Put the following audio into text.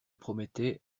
promettait